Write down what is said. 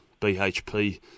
BHP